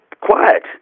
quiet